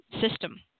system